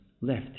left